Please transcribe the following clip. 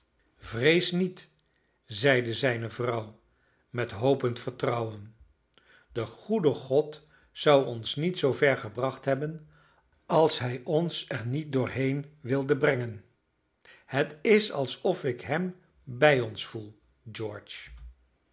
vrees niet zeide zijne vrouw met hopend vertrouwen de goede god zou ons niet zoover gebracht hebben als hij ons er niet doorheen wilde brengen het is alsof ik hem bij ons voel george